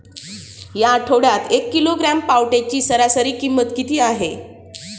या आठवड्यात एक किलोग्रॅम पावट्याची सरासरी किंमत किती आहे?